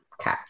Okay